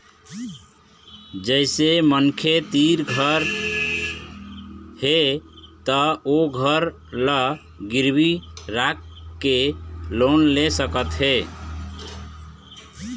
जइसे मनखे तीर घर हे त ओ घर ल गिरवी राखके लोन ले सकत हे